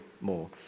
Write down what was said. more